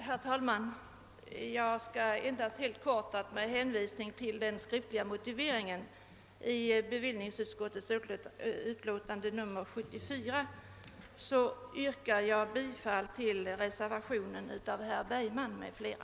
Herr talman! Jag ber endast helt kort att, med hänvisning till reservanternas skriftliga motivering, få yrka bifall till reservationen 1 av herr Wärnberg m.fl. vid bevillningsutskottets betänkande nr 74,